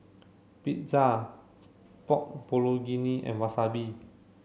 Pizza Pork Bulgogi and Wasabi